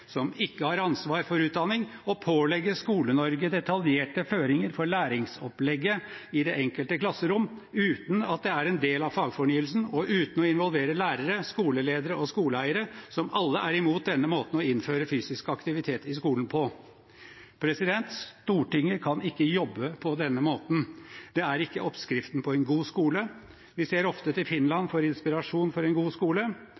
som ikke har ansvar for utdanning, å pålegge Skole-Norge detaljerte føringer for læringsopplegget i det enkelte klasserom, uten at det er en del av fagfornyelsen, og uten å involvere lærere, skoleledere og skoleeiere, som alle er imot denne måten å innføre fysisk aktivitet i skolen på. Stortinget kan ikke jobbe på denne måten. Det er ikke oppskriften på en god skole. Vi ser ofte til Finland for inspirasjon for en god skole.